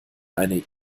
eine